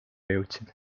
jõudsid